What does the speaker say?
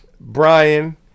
Brian